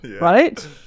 Right